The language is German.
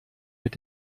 mit